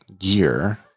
year